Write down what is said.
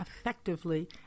effectively